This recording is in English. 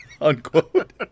unquote